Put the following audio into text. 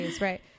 right